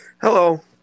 Hello